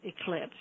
Eclipse